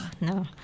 no